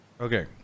Okay